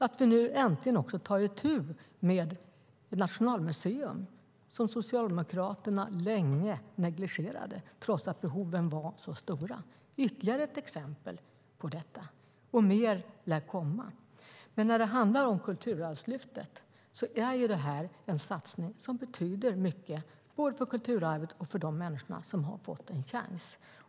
Att vi nu äntligen också tar itu med Nationalmuseum, som Socialdemokraterna länge negligerade trots att behoven var så stora, är ytterligare ett exempel på detta, och mer lär komma. Kulturarvslyftet är en satsning som betyder mycket både för kulturarvet och för de människor som har fått en chans.